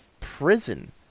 prison